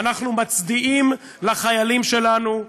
אנחנו מצדיעים לחיילים שלנו,